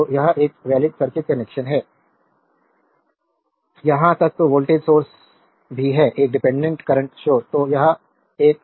तो यह एक वैलिड सर्किट कनेक्शन है यहां तक कि वोल्टेज सोर्स भी है एक डिपेंडेंट करंट स्रोत